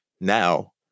now